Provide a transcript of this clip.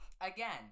Again